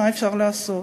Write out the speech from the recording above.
מה אפשר לעשות,